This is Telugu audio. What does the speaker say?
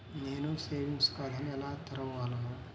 నేను సేవింగ్స్ ఖాతాను ఎలా తెరవగలను?